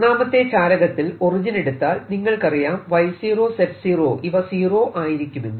ഒന്നാമത്തെ ചാലകത്തിൽ ഒറിജിൻ എടുത്താൽ നിങ്ങൾക്കറിയാം y0 z 0 ഇവ സീറോ ആയിരിക്കുമെന്ന്